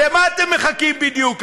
למה אתם מחכים בדיוק?